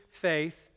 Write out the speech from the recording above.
faith